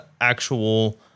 actual